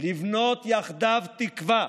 לבנות יחדיו תקווה,